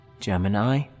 Gemini